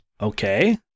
okay